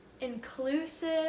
inclusive